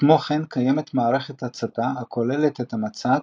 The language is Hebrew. כמו כן קיימת מערכת הצתה הכוללת את המצת,